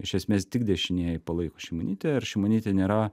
iš esmės tik dešinieji palaiko šimonytę ir šimonytė nėra